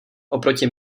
oproti